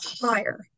higher